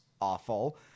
awful